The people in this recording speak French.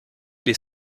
les